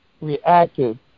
reacted